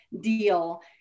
deal